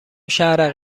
شهر